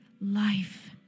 life